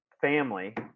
family